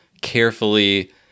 carefully